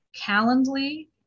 Calendly